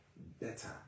better